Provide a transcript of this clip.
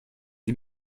die